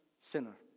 sinner